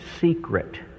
secret